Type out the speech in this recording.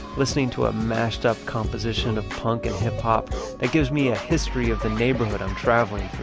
listening to a mashed-up composition of punk and hip-hop that gives me a history of the neighborhood i'm traveling through.